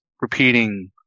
repeating